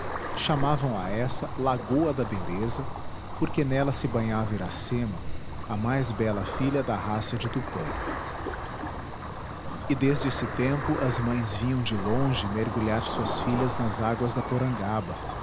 chamavam a essa lagoa da beleza porque nela se banhava iracema a mais bela filha da raça de tupã e desde esse tempo as mães vinham de longe mergulhar suas filhas nas águas da porangaba